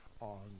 on